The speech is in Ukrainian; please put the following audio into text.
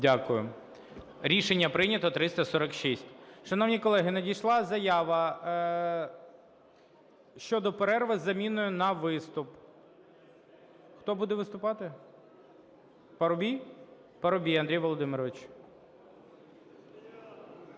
Дякую. Рішення прийнято. 346. Шановні колеги, надійшла заява щодо перерви із заміною на виступ. Хто буде виступати? Парубій? Парубій Андрій Володимирович.